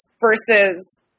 versus